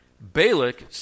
Balak